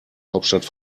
hauptstadt